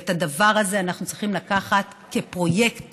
ואת הדבר הזה אנחנו צריכים לקחת כפרויקט